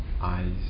eyes